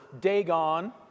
Dagon